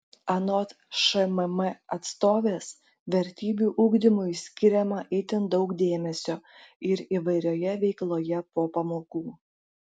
anot šmm atstovės vertybių ugdymui skiriama itin daug dėmesio ir įvairioje veikloje po pamokų